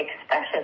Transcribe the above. expression